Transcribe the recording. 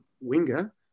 winger